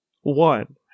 One